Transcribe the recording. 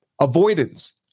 Avoidance